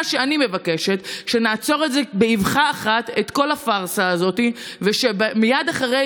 מה שאני מבקשת הוא שנעצור באבחה אחת את כל הפארסה הזאת ושמייד אחרי